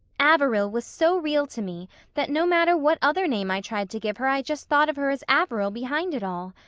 averil was so real to me that no matter what other name i tried to give her i just thought of her as averil behind it all.